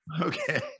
Okay